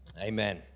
Amen